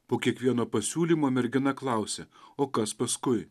po kiekvieno pasiūlymo mergina klausia o kas paskui